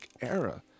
era